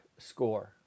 score